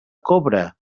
cobra